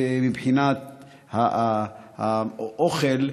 מבחינת האוכל,